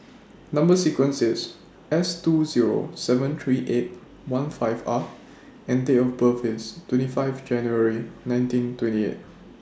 Number sequence IS S two Zero seven three eight one five R and Date of birth IS twenty five January nineteen twenty eight